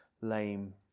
lame